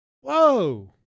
Whoa